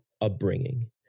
upbringing